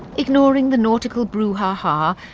ignoring the nautical brouhaha,